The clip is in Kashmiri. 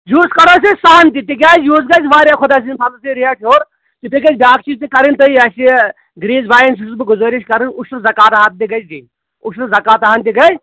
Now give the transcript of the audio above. یِہُس کَڑٕہوس یہِ سُہ ہن تہِ تِکیازِ یہُس گژھِ واریاہ خۄدایہِ سٕنٛدٮ۪ن فَضلہٕ سۭتۍ ریٹ ہیوٚر یِتھَے گژھِ بیٛاکھ چیٖز تہِ کرٕنۍ تہٕ یہِ ہَسا یہِ گرٛیٖس بایَن چھُس بہٕ گُزٲرِش کران اُشُرٕ زَکات اَتھ تہِ گژھِ دِنۍ اُشُرٕ زَکاتہٕ ہَن تہِ گٔے